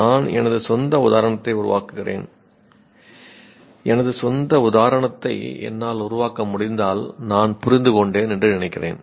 நான் எனது சொந்த உதாரணத்தை உருவாக்குகிறேன் எனது சொந்த உதாரணத்தை என்னால் உருவாக்க முடிந்தால் நான் புரிந்து கொண்டேன் என்று நினைக்கிறேன்